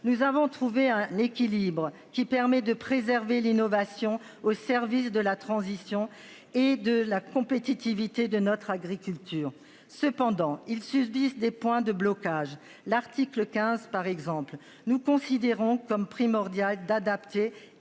Nous avons trouvé un équilibre qui permet de préserver l'innovation au service de la transition et de la compétitivité de notre agriculture. Cependant il suce 10 des points de blocage. L'article 15, par exemple, nous considérons comme primordial d'adapter.